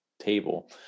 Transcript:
table